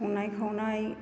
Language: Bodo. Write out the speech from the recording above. संनाय खावनाय